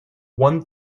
one